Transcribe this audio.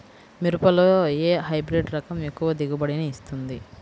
మిరపలో ఏ హైబ్రిడ్ రకం ఎక్కువ దిగుబడిని ఇస్తుంది?